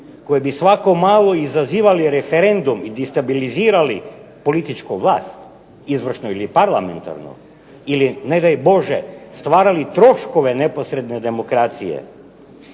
koje bi svako malo izazivali referendum i destabilizirali političku vlast, izvršnu ili parlamentarnu, ili ne daj Bože stvarali troškove neposredne demokracije.